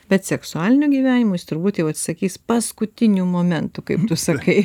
bet seksualinio gyvenimo jis turbūt jau atsisakys paskutiniu momentu kaip tu sakai